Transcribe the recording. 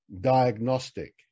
diagnostic